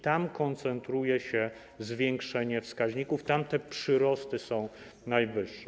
Tam koncentruje się zwiększenie wskaźników, tam te przyrosty są najwyższe.